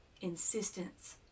insistence